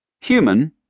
Human